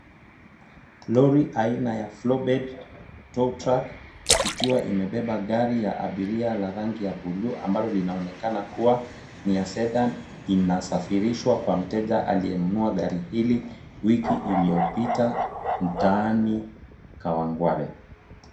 Lori aina ya floor bed tow truck, ikiwa imebeba gari ya abiria la rangi ya buluu ambalo linaonekana kuwa ni ya sedan, inasafirishwa kwa mteja aliyenunua gari hili wiki iliyopita mtaani Kawangware.